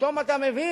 פתאום אתה מבין